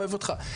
אוהב אותך,